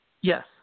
Yes